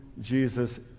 Jesus